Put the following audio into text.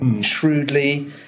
shrewdly